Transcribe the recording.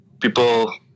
people